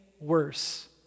worse